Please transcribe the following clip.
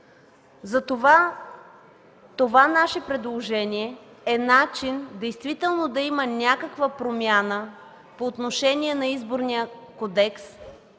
Затова това наше предложение е начин действително да има някаква промяна по отношение на Изборния кодекс,